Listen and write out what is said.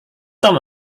tom